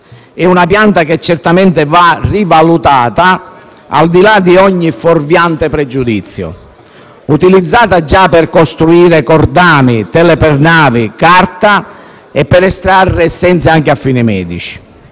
È una pianta che certamente va rivalutata al di là di ogni fuorviante pregiudizio. Era utilizzata già per costruire cordami, tele per navi, carta e per estrarre essenze per fini medici.